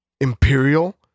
Imperial